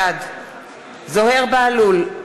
בעד זוהיר בהלול,